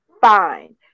fine